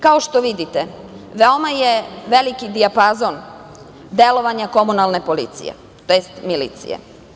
Kao što vidite, veoma je veliki dijapazon delovanja komunalne policije, tj. milicije.